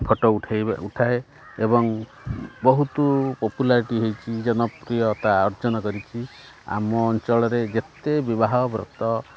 photo ଉଠେଇ ଉଠାଏ ଏବଂ ବହୁତ ପପୁଲାରିଟି ହେଇଛି ଜନପ୍ରିୟତା ଅର୍ଜନ କରିଛି ଆମ ଅଞ୍ଚଳରେ ଯେତେ ବିବାହ ବ୍ରତ